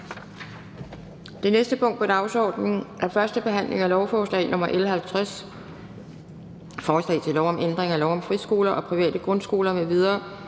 Det næste punkt på dagsordenen er: 8) 1. behandling af lovforslag nr. L 50: Forslag til lov om ændring af lov om friskoler og private grundskoler m.v.,